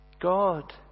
God